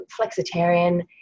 flexitarian